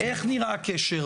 איך נראה הקשר?